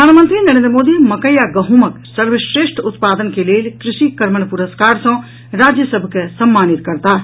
प्रधानमंत्री नरेंद्र मोदी मकई आ गहूँमक सर्वश्रेष्ठ उत्पादन के लेल कृषि कर्मण पुरस्कार सँ राज्य सभ के सम्मानित करताह